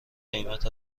قیمت